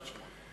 1.8 מיליארד.